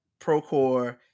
Procore